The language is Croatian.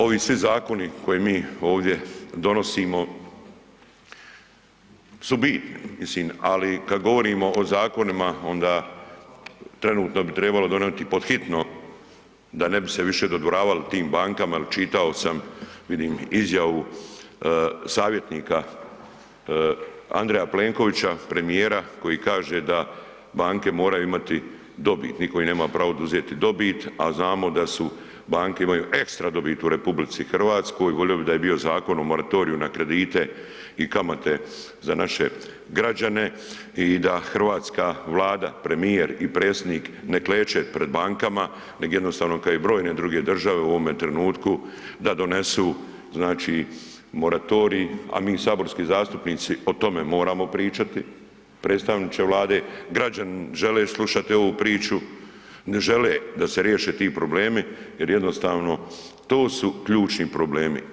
Ovi svi zakoni koje mi ovdje donosimo su bitni, mislim ali kad govorimo o zakonima onda trenutno bi trebalo donijeti pod hitno da ne bi se više dodvoravali tim bankama jer čitao sam vidim izjavu savjetnika Andreja Plenkovića premijera koji kaže da banke moraju imati dobit, nitko im nema pravo oduzeti dobit, a znamo da su, banke imaju ekstra dobit u RH, volio bi da je bio zakon o moratoriju na kredite i kamate za naše građane i da hrvatska Vlada, premijer i predsjednik ne kleče pred bankama nego jednostavno kao i brojne druge države u ovome trenutku da donesu znači moratorij, a mi saborski zastupnici o tome moramo pričati, predstavniče Vlade, građani žele slušati ovu priču, ne žele da se riješe ti problemi jer jednostavno to su ključni problemi.